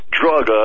drug